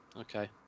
Okay